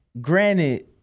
Granted